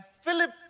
Philip